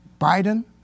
Biden